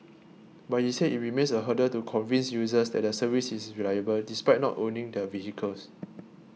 but he said it remains a hurdle to convince users that the service is reliable despite not owning the vehicles